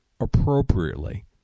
appropriately